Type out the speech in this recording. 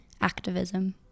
activism